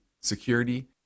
security